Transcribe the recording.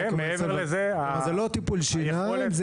זה לא טיפול שיניים,